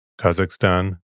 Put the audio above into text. Kazakhstan